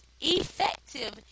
Effective